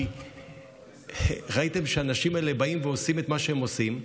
כי ראיתם שהאנשים האלה באים ועושים את מה שהם עושים,